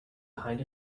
behind